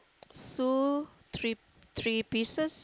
So three three pieces